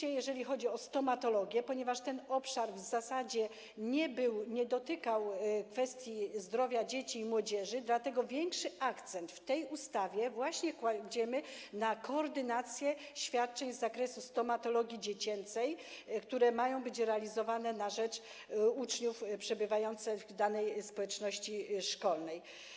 Jeżeli chodzi o stomatologię - ponieważ ten obszar w zasadzie nie obejmował kwestii zdrowia dzieci i młodzieży, większy akcent w tej ustawie właśnie kładziemy na koordynację świadczeń z zakresu stomatologii dziecięcej, które mają być realizowane na rzecz uczniów przebywających w danej społeczności szkolnej.